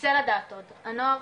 רוצה לדעת עוד, הנוער